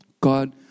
God